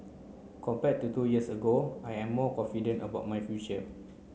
compared to two years ago I am more confident about my future